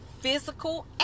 physical